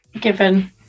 given